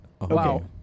Wow